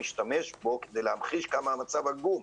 משתמש בו כדי להמחיש כמה המצב עגום.